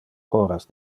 horas